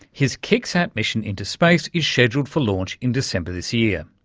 his kicksat mission into space is scheduled for launch in december this year.